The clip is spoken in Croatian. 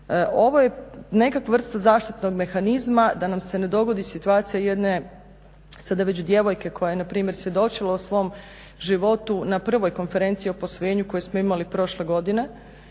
Ovo je neka vrsta zaštitnog mehanizma da nam se ne dogodi situacija jedne sada već djevojke koja je npr. svjedočila u svom životu na prvoj Konferenciji o posvojenju koju smo imali prošle godine